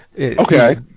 Okay